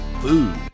food